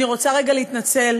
אני רוצה רגע להתנצל,